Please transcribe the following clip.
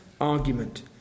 argument